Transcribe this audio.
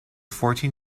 fourteen